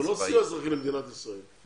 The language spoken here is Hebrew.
זה לא סיוע אזרחי למדינת ישראל.